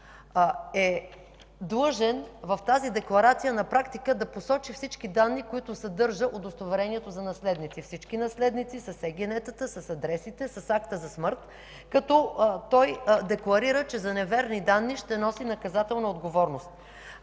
е длъжен в тази декларация на практика да посочи всички данни, които съдържа удостоверението за наследници, всички наследници с ЕГН-тата, с адресите, с акта за смърт, като декларира, че за неверни данни ще носи наказателна отговорност.